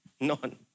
None